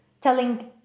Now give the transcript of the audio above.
telling